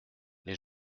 les